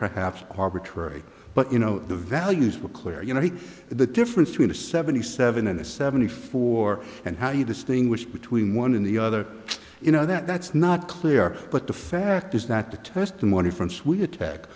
you know the values were clear you know the difference between a seventy seven and a seventy four and how you distinguish between one and the other you know that that's not clear but the fact is that the testimony france we attack